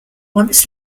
once